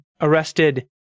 arrested